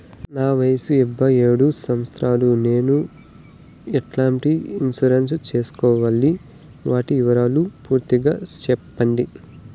నా వయస్సు యాభై ఏడు సంవత్సరాలు నేను ఎట్లాంటి ఇన్సూరెన్సు సేసుకోవాలి? వాటి వివరాలు పూర్తి గా సెప్పండి?